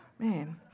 Man